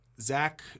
Zach